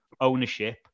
ownership